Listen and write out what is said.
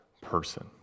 person